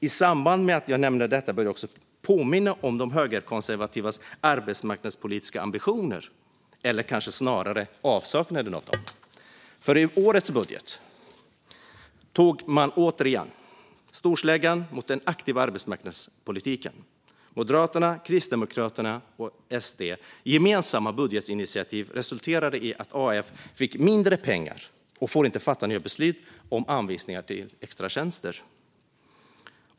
I samband med att jag nämner detta bör jag påminna om de högerkonservativas arbetsmarknadspolitiska ambitioner, eller kanske snarare avsaknaden av sådana. I årets budget tog de återigen till storsläggan mot den aktiva arbetsmarknadspolitiken. Moderaternas, Kristdemokraternas och SD:s gemensamma budgetinitiativ resulterade i att AF fick mindre pengar och inte får fatta nya beslut om anvisning till extratjänster.